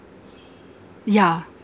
yeah